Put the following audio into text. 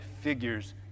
figures